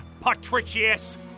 Patricius